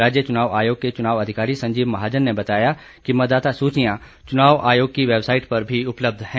राज्य चुनाव आयोग के चुनाव अधिकारी संजीव महाजन ने बताया कि मतदाता सूचियों को चुनाव आयोग की वेबसाइट पर भी उपलब्ध है